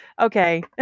Okay